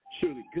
Surely